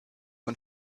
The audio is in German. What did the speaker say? und